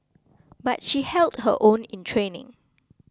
but she held her own in training